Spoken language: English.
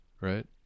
right